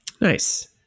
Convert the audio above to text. nice